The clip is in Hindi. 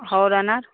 हौर अनार